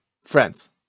friends